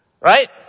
Right